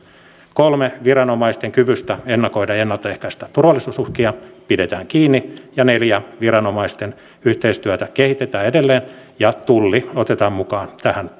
kolme viranomaisten kyvystä ennakoida ja ennalta ehkäistä turvallisuusuhkia pidetään kiinni ja neljä viranomaisten yhteistyötä kehitetään edelleen ja tulli otetaan mukaan tähän työhön